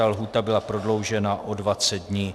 Lhůta byla prodloužena o dvacet dní.